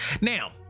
now